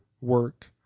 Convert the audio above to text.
work